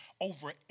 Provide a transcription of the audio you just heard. over